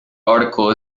article